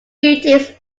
duties